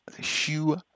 shoe